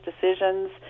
decisions